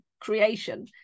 creation